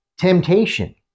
temptation